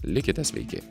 likite sveiki